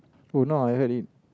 do not I had in